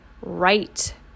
right